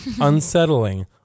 unsettling